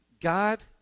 God